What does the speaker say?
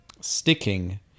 sticking